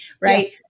right